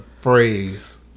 phrase